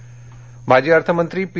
चिदंबरम माजी अर्थमंत्री पी